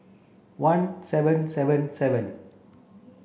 one seven seven seven